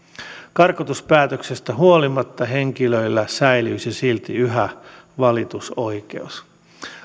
karkotuspäätöksestä huolimatta henkilöllä säilyisi silti yhä valitusoikeus